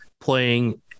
playing